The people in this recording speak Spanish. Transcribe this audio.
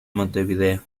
montevideo